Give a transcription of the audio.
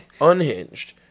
Unhinged